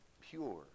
pure